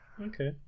Okay